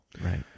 Right